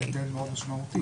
זה הבדל מאוד משמעותי.